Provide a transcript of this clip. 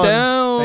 down